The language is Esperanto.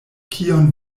kion